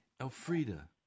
Elfrida